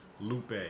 Lupe